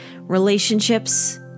relationships